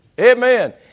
Amen